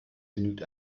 genügt